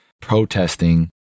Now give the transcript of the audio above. protesting